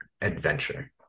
adventure